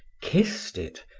kissed it,